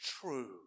true